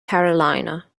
carolina